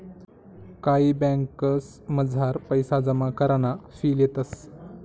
कायी ब्यांकसमझार पैसा जमा कराना फी लेतंस